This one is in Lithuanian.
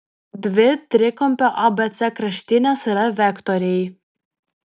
dvi trikampio abc kraštinės yra vektoriai